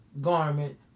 garment